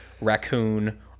raccoon